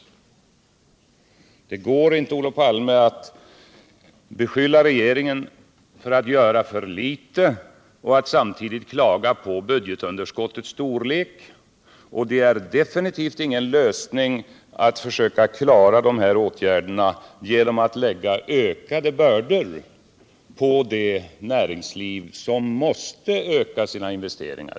Det går inte, Olof Palme, att beskylla regeringen för att göra för litet och samtidigt klaga på budgcetunderskottets storlek. Det är definitivt ingen lösning av de här problemen att lägga ökade bördor på det näringsliv som måste öka sina investeringar.